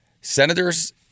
senators